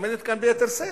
עומדת כאן ביתר שאת.